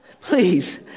Please